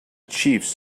chiefs